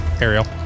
Ariel